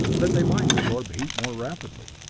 that they might absorb heat more rapidly.